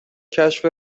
کشف